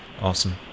awesome